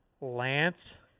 Lance